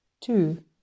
two